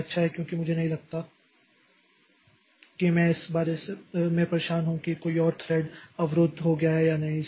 यह अच्छा है क्योंकि मुझे नहीं लगता कि मैं इस बारे में परेशान हूं कि कोई और थ्रेड अवरुद्ध हो गया है या नहीं